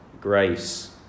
grace